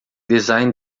design